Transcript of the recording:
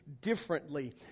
differently